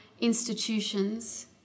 institutions